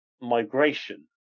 migration